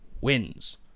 wins